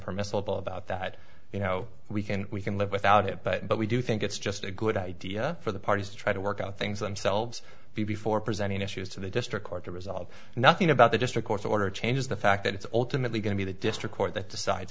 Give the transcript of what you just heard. permissible about that you know we can we can live without it but we do it's just a good idea for the parties to try to work out things themselves before presenting issues to the district court to resolve and nothing about the district court order changes the fact that it's alternately going to be the district court that decides